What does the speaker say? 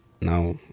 Now